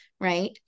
right